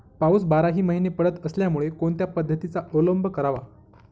पाऊस बाराही महिने पडत असल्यामुळे कोणत्या पद्धतीचा अवलंब करावा?